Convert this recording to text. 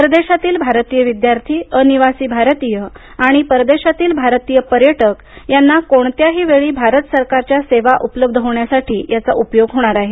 परदेशातील भारतीय विद्यार्थी अनिवासी भारतीय आणि परदेशातील भारतीय पर्यटक यांना कोणत्याही वेळी भारत सरकारच्या सेवा उपलब्ध होण्यासाठी याचा उपयोग होणार आहे